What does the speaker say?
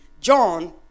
John